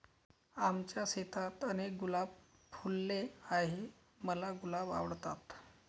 आमच्या शेतात अनेक गुलाब फुलले आहे, मला गुलाब आवडतात